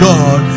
God